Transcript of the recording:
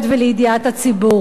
לידיעת הציבור.